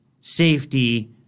safety